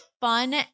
fun